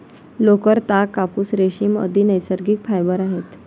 लोकर, ताग, कापूस, रेशीम, आदि नैसर्गिक फायबर आहेत